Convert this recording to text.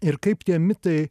ir kaip tie mitai